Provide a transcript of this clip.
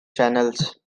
channels